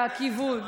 הכיוון.